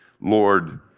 Lord